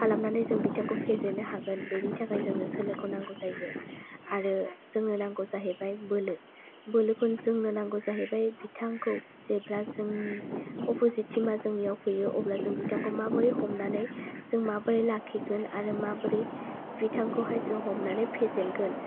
खालामनानै जों बिथांखौ फेजेननो हागोन बेनि थाखाय जोंनो सोलोखौ नांगौ जायो आरो जोंनो नांगौ जाहैबाय बोलो बोलोखौ जोंनो नांगौ जाहैबाय बिथांखौ जेब्ला जोंनि अपजित टिमा जोंनियाव फैयो अब्ला जों बिथांखौ माबोरै हमनानै जों माबोरै लाखिगोन आरो माबोरै बिथांखौहायजों हमनानै फेजेनगोन